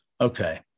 Okay